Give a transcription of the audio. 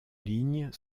ligne